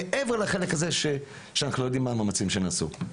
מעבר לזה שאנחנו לא יודעים על המאמצים שנעשו.